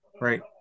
right